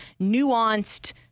nuanced